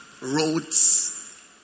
Roads